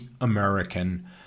American